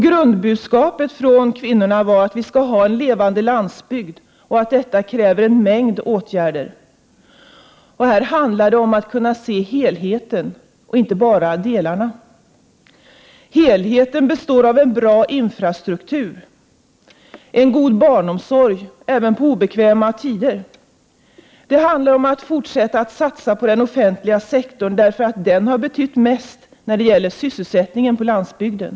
Grundbudskapet från kvinnorna var att vi skall ha en levande landsbygd och att detta kräver en mängd åtgärder. Det handlar om att kunna se helheten och inte enbart delarna. Helheten består av en bra infrastruktur och en god barnomsorg även på obekväma tider. Det handlar om att fortsätta att satsa på den offentliga sektorn, eftersom den har betytt mest när det gäller sysselsättningen på landsbygden.